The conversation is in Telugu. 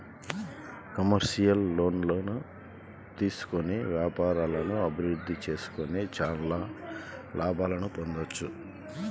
కమర్షియల్ లోన్లు తీసుకొని వ్యాపారాలను అభిరుద్ధి చేసుకొని చానా లాభాలను పొందొచ్చు